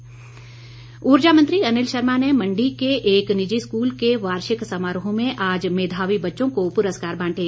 अनिल शर्मा ऊर्जा मंत्री अनिल शर्मा ने मंडी के एक निजी स्कूल के वार्षिक समारोह में आज मेधावी बच्चों को पूरस्कार बांटे